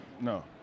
No